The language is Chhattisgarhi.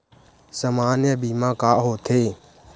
सामान्य बीमा का होथे?